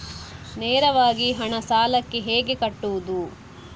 ನೇರವಾಗಿ ಹಣ ಸಾಲಕ್ಕೆ ಹೇಗೆ ಕಟ್ಟುವುದು?